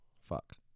Fuck